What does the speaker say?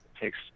takes